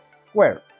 square